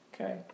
Okay